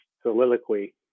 soliloquy